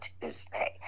tuesday